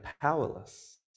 powerless